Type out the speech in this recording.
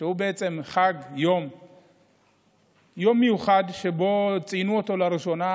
הוא בעצם חג ויום מיוחד שציינו לראשונה